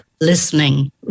listening